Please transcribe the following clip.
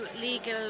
legal